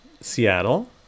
Seattle